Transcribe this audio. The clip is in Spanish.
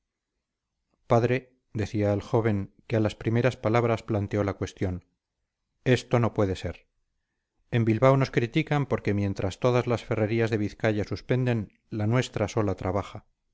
padre decía el joven que a las primeras palabras planteó la cuestión esto no puede ser en bilbao nos critican porque mientras todas las ferrerías de vizcaya suspenden la nuestra sola trabaja